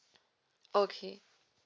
okay